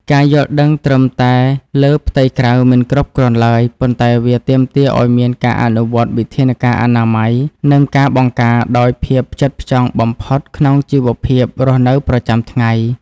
ការយល់ដឹងត្រឹមតែលើផ្ទៃក្រៅមិនគ្រប់គ្រាន់ឡើយ ប៉ុន្តែវាទាមទារឱ្យមានការអនុវត្តវិធានការអនាម័យ និងការបង្ការដោយភាពផ្ចិតផ្ចង់បំផុតក្នុងជីវភាពរស់នៅប្រចាំថ្ងៃ។